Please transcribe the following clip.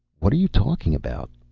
what are you talking about?